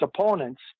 opponents